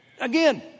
Again